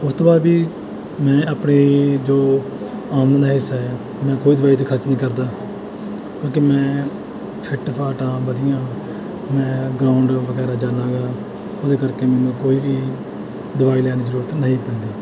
ਉਸ ਤੋਂ ਬਾਅਦ ਵੀ ਮੈਂ ਆਪਣੇ ਜੋ ਹੈ ਮੈਂ ਕੋਈ ਦਵਾਈ 'ਤੇ ਖਰਚ ਨਹੀਂ ਕਰਦਾ ਕਿਉਂਕਿ ਮੈਂ ਫਿਟ ਫਾਟ ਹਾਂ ਵਧੀਆ ਮੈਂ ਗਰਾਉਂਡ ਵਗੈਰਾ ਜਾਂਦਾ ਗਾ ਉਹਦੇ ਕਰਕੇ ਮੈਨੂੰ ਕੋਈ ਵੀ ਦਵਾਈ ਲੈਣ ਦੀ ਜ਼ਰੂਰਤ ਨਹੀਂ ਪੈਂਦੀ